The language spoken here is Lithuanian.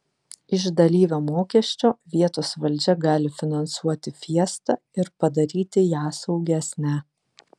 iš dalyvio mokesčio vietos valdžia gali finansuoti fiestą ir padaryti ją saugesnę